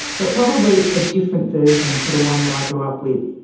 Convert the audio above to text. but probably a different version to the one that i grew up with.